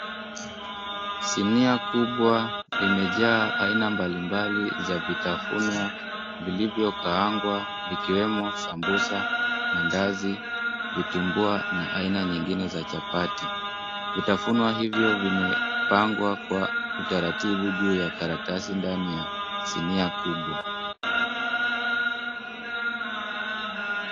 Sinia kubwa imejaa aina ya mbalimbali za vitafunwa vilivyokaangwa vikiwemo sambusa, maandazi, vitumbua na aina nyingine za chapati. Vitafunwa hivyo vimepangwa kwa utaratibu juu ya karatasi ndani ya sinia kubwa.